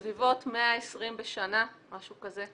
מדובר בסביבות 120 בשנה, משהו כזה.